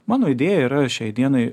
mano idėja yra šiai dienai